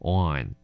on